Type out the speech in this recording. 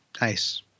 nice